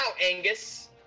Angus